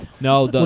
No